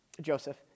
joseph